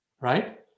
right